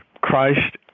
Christ